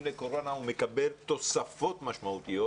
לקורונה הוא מקבל תוספות משמעותיות.